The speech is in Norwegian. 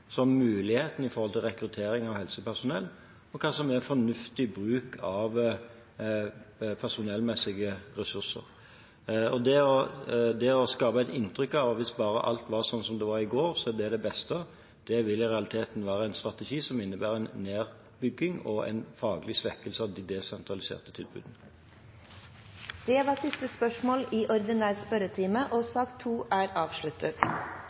muligheten for rekruttering av helsepersonell, og hva som er fornuftig bruk av personellressurser. Det å skape et inntrykk av at hvis bare alt var som i går, så er det det beste, vil i realiteten være en strategi som innebærer en nedbygging og en faglig svekkelse av det desentraliserte tilbudet. Dette spørsmålet er trukket tilbake. Dermed er sak nr. 2 avsluttet. Det foreligger ikke noe referat. Dermed er dagens kart ferdigbehandlet. Forlanger noen ordet før møtet heves? – Møtet er